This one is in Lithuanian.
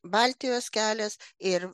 baltijos kelias ir